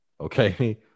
Okay